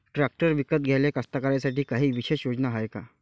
Tractor विकत घ्याले कास्तकाराइसाठी कायी विशेष योजना हाय का?